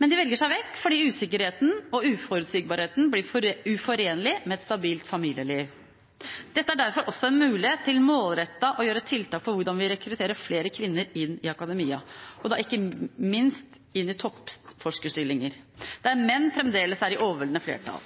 Men de velger seg vekk fordi usikkerheten og uforutsigbarheten blir for uforenlig med et stabilt familieliv. Dette er derfor også en mulighet til målrettet å gjøre tiltak for hvordan vi rekrutterer flere kvinner inn i akademia, og da ikke minst inn i toppforskerstillinger, der menn fremdeles er i overveldende flertall.